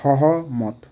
সহমত